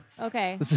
Okay